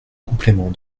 complément